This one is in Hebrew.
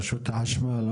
רשות החשמל,